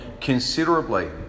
considerably